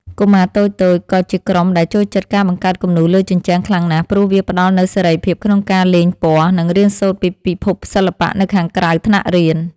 កុមារតូចៗ ក៏ជាក្រុមដែលចូលចិត្តការបង្កើតគំនូរលើជញ្ជាំងខ្លាំងណាស់ ព្រោះវាផ្ដល់នូវសេរីភាពក្នុងការលេងពណ៌ និងរៀនសូត្រពីពិភពសិល្បៈនៅខាងក្រៅថ្នាក់រៀន។